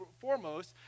foremost